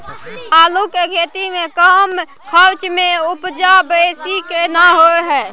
आलू के खेती में कम खर्च में उपजा बेसी केना होय है?